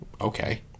Okay